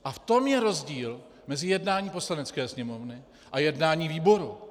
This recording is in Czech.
A v tom je rozdíl mezi jednáním Poslanecké sněmovny a jednáním výboru.